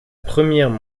première